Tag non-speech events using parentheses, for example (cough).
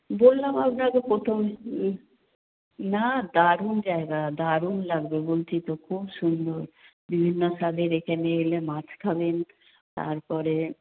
বললাম আপনাকে প্রথম (unintelligible) না দারুণ জায়গা দারুণ লাগবে বলছি তো খুব সুন্দর বিভিন্ন স্বাদের এখানে এলে মাছ খাবেন তারপরে